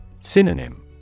Synonym